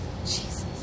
Jesus